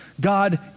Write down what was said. God